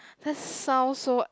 this sound so